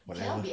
whatever